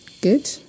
good